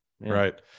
Right